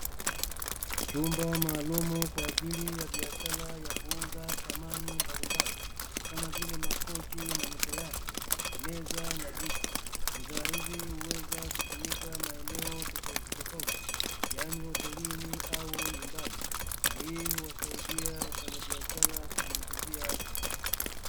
Chumba maalumu kwa ajili ya biashara ya kuuza samani mbalimbali, kama vile: makochi na mito yake, meza na viti. Bidhaa hizi huweza kutumika maeneo tofautitofauti, yaani hotelini au nyumbani, na hii huwasaidia wafanyabiashara kujiingizia kipato.